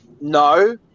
no